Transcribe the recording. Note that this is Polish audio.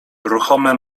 ruchome